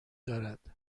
دارد